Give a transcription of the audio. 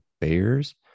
Bears